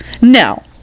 no